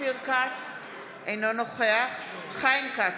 אינו נוכח חיים כץ,